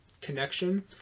connection